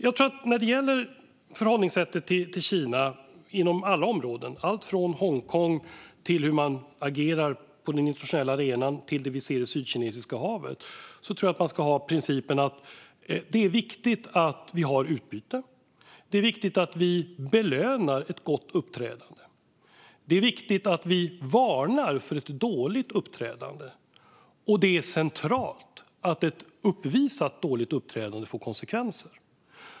Jag tror att man i förhållningssättet till Kina inom alla områden, alltifrån Hongkong till hur Kina agerar på den internationella arenan och det vi ser i Sydkinesiska havet, ska utgå från principen att det är viktigt att vi har ett utbyte. Det är viktigt att vi belönar ett gott uppträdande. Det är viktigt att vi varnar för ett dåligt uppträdande. Och det är centralt att ett uppvisat dåligt uppträdande får konsekvenser.